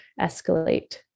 escalate